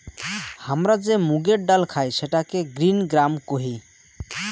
হামরা যে মুগের ডাল খাই সেটাকে গ্রিন গ্রাম কোহি